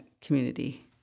community